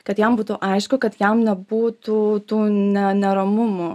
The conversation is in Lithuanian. kad jam būtų aišku kad jam nebūtų tų ne neramumų